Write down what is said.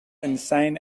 insane